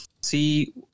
see